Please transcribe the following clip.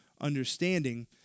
understanding